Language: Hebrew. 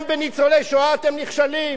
גם בניצולי שואה אתם נכשלים?